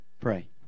pray